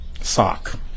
sock